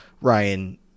ryan